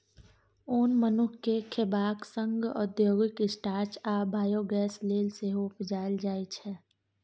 ओन मनुख केँ खेबाक संगे औद्योगिक स्टार्च आ बायोगैस लेल सेहो उपजाएल जाइ छै